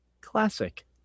Classic